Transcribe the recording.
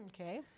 Okay